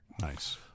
Nice